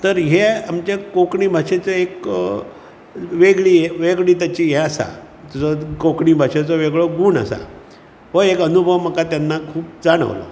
तर हे आमचे कोंकणी भाशेचो एक वेगळी वेगळी ताची हें आसा तुजो कोंकणी भाशेचो वेगळो गूण आसा हो एक अनुभव म्हाका तेन्ना खूब जाणवलो